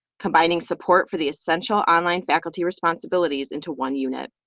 combining support for the essential online faculty responsibilities into one unit.